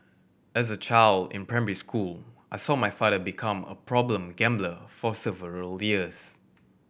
as a child in primary school I saw my father become a problem gambler for several years